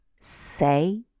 say